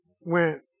went